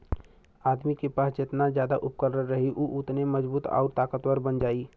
आदमी के पास जेतना जादा उपकरण रही उ ओतने मजबूत आउर ताकतवर बन जाई